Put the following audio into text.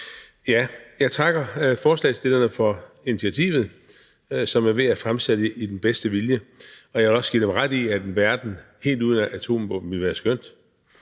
Jeg takker forslagsstillerne for initiativet, som jeg ved er fremsat med den bedste vilje, og jeg vil også give dem ret i, at en verden helt uden atomvåben ville være skønt.